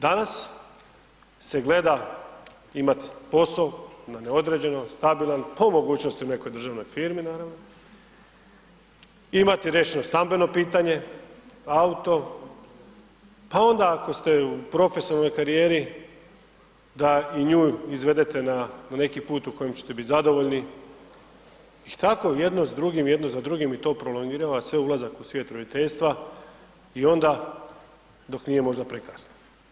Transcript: Danas se gleda imati posao na neodređeno, stabilan, po mogućnosti u nekoj državnoj firmi, naravno, imati riješeno stambeno pitanje, auto, pa onda ako ste u profesionalnoj karijeri, da i nju izvedete na neki put u kojem ćete biti zadovoljni i kako jedno s drugim, jedno za drugim, to prolongira sve ulazak u svijet roditeljstva i onda dok nije možda prekasno.